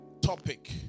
topic